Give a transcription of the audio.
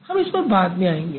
हम इस पर बाद में आएंगे